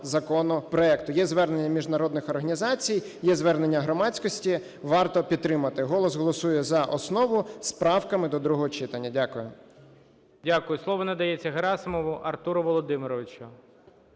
законопроекту. Є звернення міжнародних організацій, є звернення громадськості, варто підтримати. "Голос" голосує за основу з правками до другого читання. Дякую. ГОЛОВУЮЧИЙ. Дякую. Слово надається Герасимову Артуру Володимировичу.